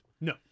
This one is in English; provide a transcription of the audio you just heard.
no